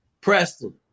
Preston